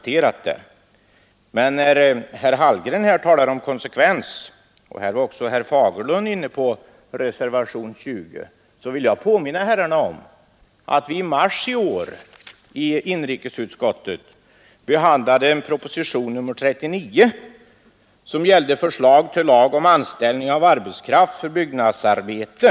Herr Hallgren talade också om behovet av konsekvens, och även herr Fagerlund tog här upp reservationen 20. Jag vill påminna herrarna om att vi i mars i år i inrikesutskottet behandlade propositionen 39 med förslag till lag om anställning av arbetskraft för byggnadsarbete.